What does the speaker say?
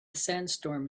sandstorm